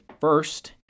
first